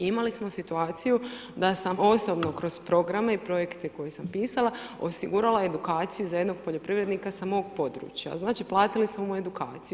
Imali smo situaciju da sam osobno kroz programe i projekte koje sam pisala, osigurala edukaciju za jednog poljoprivrednika sa mog područja, znači platili smo mu edukaciju.